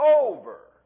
over